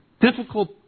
difficult